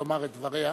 לומר את דבריה.